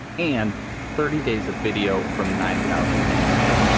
and thirty days of video from nine thousand cameras.